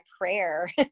prayer